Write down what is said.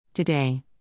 Today